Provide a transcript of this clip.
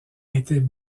étaient